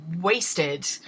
wasted